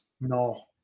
no